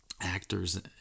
actors